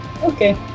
Okay